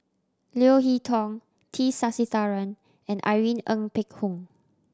Leo Hee Tong T Sasitharan and Irene Ng Phek Hoong